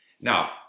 now